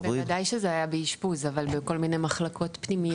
בוודאי שזה היה באשפוז אבל בכל מיני מחלקות פנימיות שלא מתאימות.